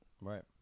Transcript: Right